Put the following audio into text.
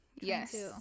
Yes